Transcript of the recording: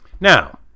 Now